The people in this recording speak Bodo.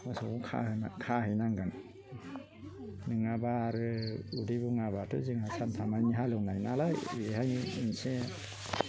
मोसौखौ खाहोना खाहैनांगोन नङाबा आरो उदै बुङाबाथ' जोंहा सानफामानि हालेवनाय नालाय बेहायनो मोनसे